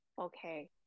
okay